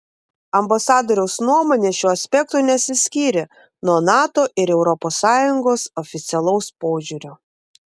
ambasadoriaus nuomonė šiuo aspektu nesiskyrė nuo nato ir europos sąjungos oficialaus požiūrio